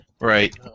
Right